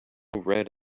red